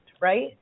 right